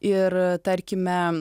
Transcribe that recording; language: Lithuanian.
ir tarkime